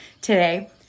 today